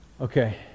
Okay